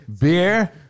Beer